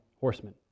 horsemen